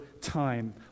time